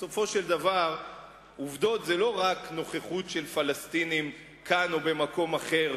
בסופו של דבר עובדות זה לא רק נוכחות של פלסטינים כאן או במקום אחר,